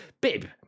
Bib